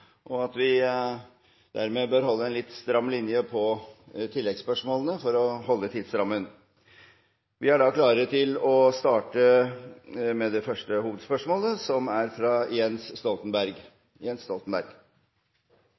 og at vi dermed bør holde en litt stram linje på oppfølgingsspørsmålene for å holde tidsrammen. Første hovedspørsmål er